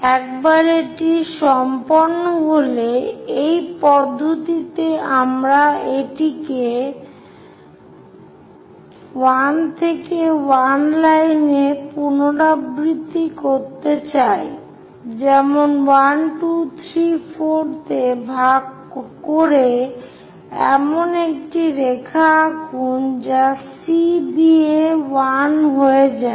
একবার এটি সম্পন্ন হলে একই পদ্ধতিতে আমরা এটিকে l থেকে l লাইনে পুনরাবৃত্তি করতে চাই যেমন 1 2 3 4 তে ভাগ করে এমন একটি রেখা আঁকুন যা C দিয়ে 1 হয়ে যায়